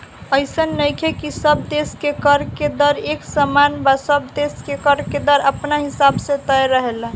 अइसन नइखे की सब देश के कर के दर एक समान बा सब देश के कर के दर अपना हिसाब से तय रहेला